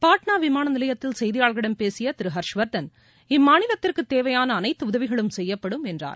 பாட்னா விமான நிலையத்தில் செய்தியாளர்களிடம் பேசிய திரு ஹர்ஷ்வர்தன் இம்மாநிலத்திற்கு தேவையான அனைத்து உதவிகளும் செய்யப்படும் என்றார்